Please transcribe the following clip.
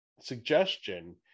suggestion